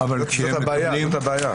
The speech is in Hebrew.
זאת הבעיה.